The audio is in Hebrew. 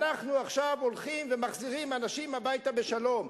אנחנו עכשיו הולכים ומחזירים אנשים הביתה בשלום?